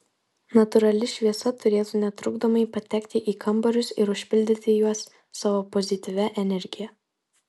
natūrali šviesa turėtų netrukdomai patekti į kambarius ir užpildyti juos savo pozityvia energija